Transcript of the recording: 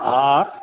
हा